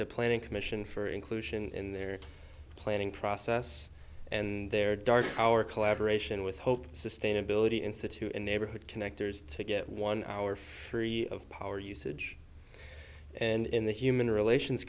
the planning commission for inclusion in their planning process and their dark our collaboration with hope sustainability institute and neighborhood connectors to get one hour of power usage and in the human relations